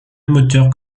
hauteur